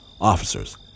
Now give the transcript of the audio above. officers